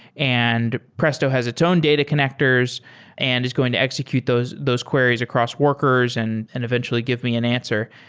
and presto has its own data connectors and it's going to execute those those queries across workers and and eventually give me an answer.